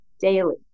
daily